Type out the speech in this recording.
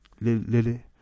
Lily